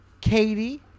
Katie